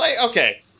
Okay